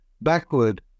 backward